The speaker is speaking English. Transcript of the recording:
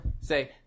Say